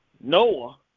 Noah